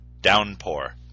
Downpour